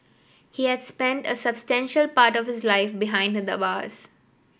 he had spent a substantial part of his life behind the bars